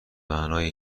معنای